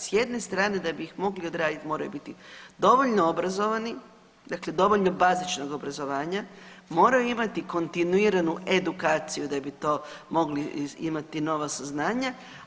S jedne strane da bi ih mogli odraditi moraju biti dovoljno obrazovani, dakle dovoljno bazičnog obrazovanja, moraju imati kontinuiranu edukaciju da bi to mogli imati nova saznanja.